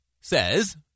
says